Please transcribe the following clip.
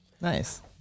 Nice